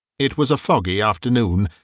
it was a foggy afternoon,